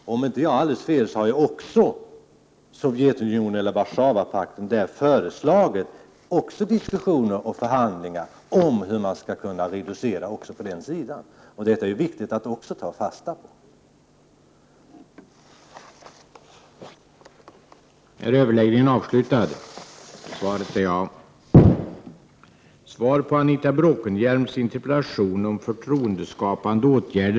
Om jag inte har alldeles fel har Sovjetunionen eller Warszawapakten föreslagit diskussioner och förhandlingar om hur reduceringar skall kunna göras också på det området. Det är viktigt att ta fasta även på detta.